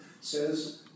says